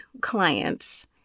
clients